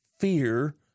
fear